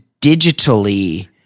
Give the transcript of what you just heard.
digitally